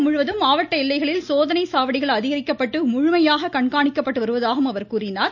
தமிழகம் முழுவதும் மாவட்ட எல்லைகளில் சோதனை சாவடிகள் அதிகரிக்கப்பட்டு முழுமையாக கண்காணிக்கப்பட்டு வருவதாகவும் அவர் கூறினார்